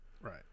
Right